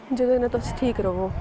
जेह्दे कन्नै तुस ठीक रवो